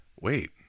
Wait